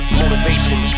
motivation